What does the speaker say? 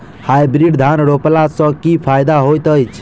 Hybrid धान रोपला सँ की फायदा होइत अछि?